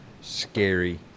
Scary